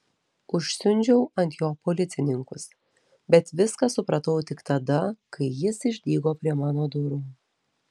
užsiundžiau ant jo policininkus bet viską supratau tik tada kai jis išdygo prie mano durų